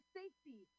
safety